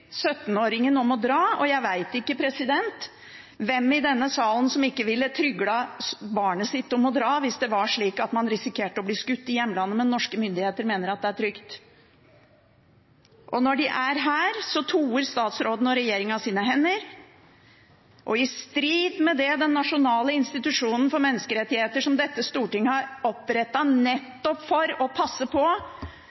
å dra. Jeg vet ikke hvem i denne salen som ikke ville tryglet barnet sitt om å dra hvis man risikerte å bli skutt i hjemlandet. Men norske myndigheter mener at det er trygt. Når de er her, toer statsråden og regjeringen sine hender – i strid med det den nasjonale institusjonen for menneskerettigheter, som Stortinget har